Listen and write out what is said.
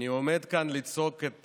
אני עומד כאן לצעוק את